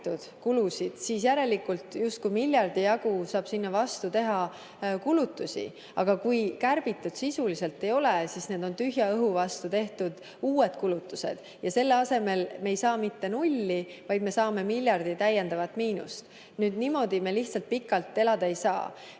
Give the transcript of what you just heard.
kulusid, siis järelikult justkui miljardi jagu saab teha kulutusi. Aga kui kärbitud sisuliselt ei ole, siis need on tühja õhu vastu tehtud uued kulutused ja selle asemel me ei saa mitte nulli, vaid me saame miljardi täiendavat miinust. Niimoodi me lihtsalt pikalt elada ei saa.